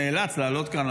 נאלץ לעלות כאן,